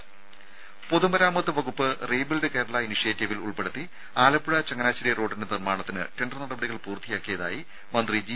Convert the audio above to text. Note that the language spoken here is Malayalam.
രുമ പൊതുമരാമത്ത് വകുപ്പ് റീബിൽഡ് കേരള ഇനിഷ്യേറ്റീവിൽ ഉൾപ്പെടുത്തി ആലപ്പുഴ ചങ്ങനാശ്ശേരി റോഡിന്റെ നിർമ്മാണത്തിന് ടെണ്ടർ നടപടികൾ പൂർത്തിയാക്കിയതായി മന്ത്രി ജി